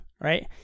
right